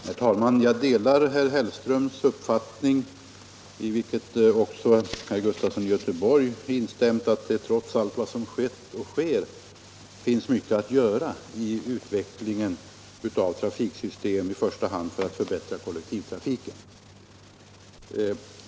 Herr talman! Jag delar herr Hellströms uppfattning, i vilken också herr Sven Gustafson i Göteborg instämde, att det trots allt vad som skett och sker finns mycket att göra för utvecklingen av trafiksystem i första hand för att förbättra kollektivtrafiken.